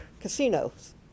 casinos